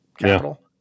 capital